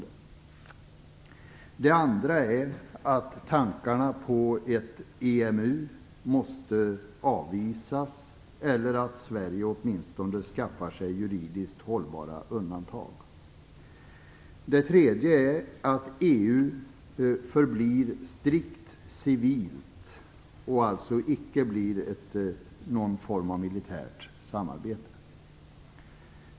För det andra måste tankarna på EMU avvisas, eller så måste Sverige åtminstone skaffa sig juridiskt hållbara undantag. För det tredje måste EU förbli strikt civilt, och alltså icke blir någon form av militärt samarbete.